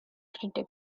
critic